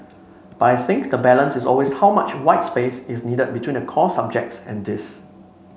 but I think the balance is always how much white space is needed between the core subjects and this